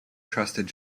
trusted